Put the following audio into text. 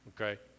okay